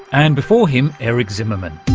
and before him eric zimmerman.